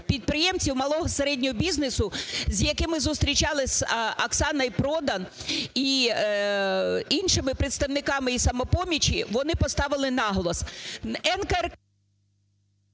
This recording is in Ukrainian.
підприємці малого і середнього бізнесу, з якими зустрічались з Оксаною Продан і іншими представниками із "Самопомочі", вони поставили наголос…